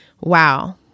Wow